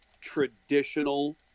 traditional